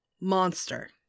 Monster